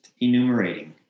enumerating